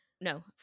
no